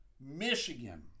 Michigan